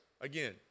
again